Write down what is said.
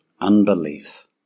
unbelief